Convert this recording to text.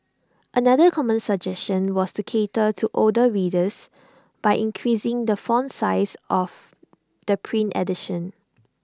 another common suggestion was to cater to older readers by increasing the font size of the print edition